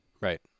Right